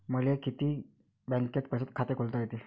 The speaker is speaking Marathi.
मले किती बँकेत बचत खात खोलता येते?